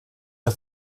der